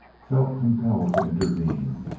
felt compelled to intervene,